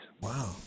Wow